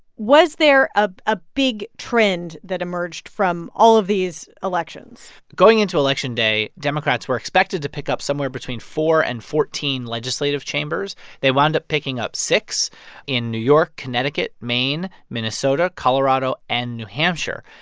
was there a ah big trend that emerged from all of these elections? going into election day, democrats were expected to pick up somewhere between four and fourteen legislative chambers. they wound up picking up six in new york, connecticut, maine, minnesota, colorado and new hampshire.